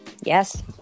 Yes